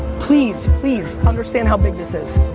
please, please understand how big this is.